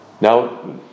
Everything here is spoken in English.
Now